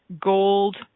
gold